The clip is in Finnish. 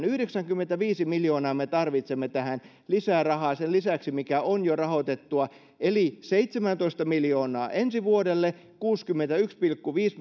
yhdeksänkymmentäviisi miljoonaa me tarvitsemme tähän lisää rahaa sen lisäksi mikä on jo rahoitettua eli seitsemäntoista miljoonaa ensi vuodelle kuusikymmentäyksi pilkku viisi